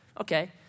Okay